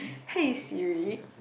hey Siri